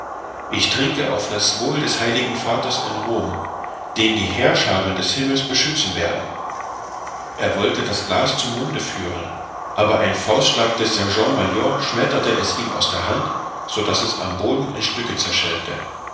ich trinke auf das wohl des heiligen vaters in rom den die heerschaaren des himmels beschützen werden er wollte das glas zum munde führen aber ein faustschlag des sergent major schmetterte es ihm aus der hand so daß es am boden in stücke zerschellte